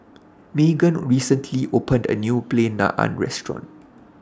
Maegan recently opened A New Plain Naan Restaurant